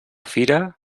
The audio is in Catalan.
fira